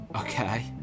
okay